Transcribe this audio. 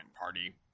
party